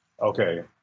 okay